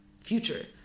future